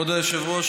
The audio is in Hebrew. כבוד היושב-ראש,